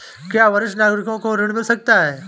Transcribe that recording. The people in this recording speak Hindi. क्या वरिष्ठ नागरिकों को ऋण मिल सकता है?